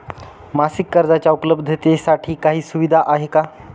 मासिक कर्जाच्या उपलब्धतेसाठी काही सुविधा आहे का?